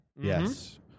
Yes